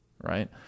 right